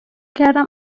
کردم